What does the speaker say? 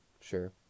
Sure